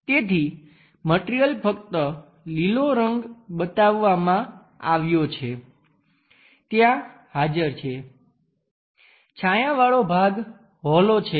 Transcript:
તેથી મટિરિયલ ફક્ત લીલો રંગ બતાવવામાં આવ્યો છે ત્યાં હાજર છે છાયાવાળો ભાગ હોલો છે